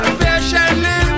patiently